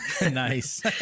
Nice